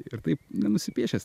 ir taip nusipiešęs